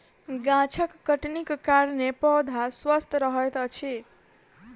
गाछक छटनीक कारणेँ पौधा स्वस्थ रहैत अछि